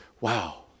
wow